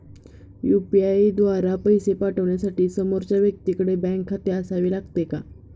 UPI द्वारा पैसे पाठवण्यासाठी समोरच्या व्यक्तीकडे बँक खाते असावे लागते का?